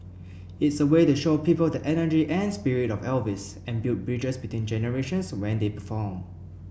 it's a way to show people the energy and spirit of Elvis and build bridges between generations when they perform